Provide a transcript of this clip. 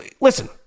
Listen